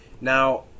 Now